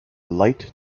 light